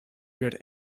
good